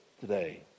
today